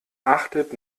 achtet